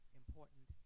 important